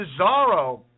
Cesaro